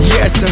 Yes